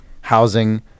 housing